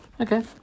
Okay